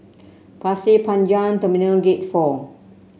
Pasir Panjang Terminal Gate Four